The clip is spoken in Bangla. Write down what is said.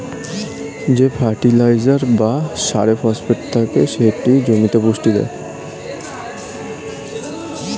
যে ফার্টিলাইজার বা সারে ফসফেট থাকে সেটি জমিতে পুষ্টি দেয়